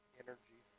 energy